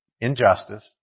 injustice